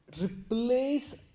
replace